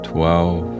Twelve